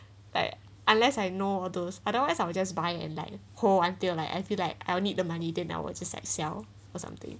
like unless I know all those otherwise I will just buy and like hold until like I feel like I'll need the money then I will just like sell or something